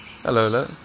Hello